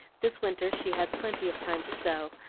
this winter she has plenty of time to sew,